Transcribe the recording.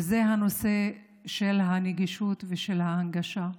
והיא הנושא של הנגישות ושל ההנגשה.